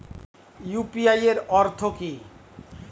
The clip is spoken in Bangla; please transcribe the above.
ইউ.পি.আই এর অর্থ কি?